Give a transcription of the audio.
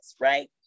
right